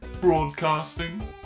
broadcasting